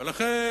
ולכן,